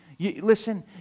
Listen